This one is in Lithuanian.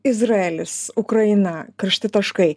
izraelis ukraina karšti taškai